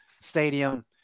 stadium